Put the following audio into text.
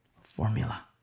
Formula